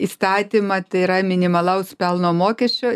įstatymą tai yra minimalaus pelno mokesčio